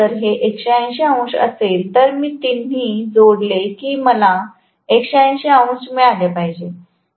कारण जर हे 180 अंश असेल तर मी तिन्ही जोडले की मला 180 अंश मिळाले पाहिजे